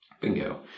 Bingo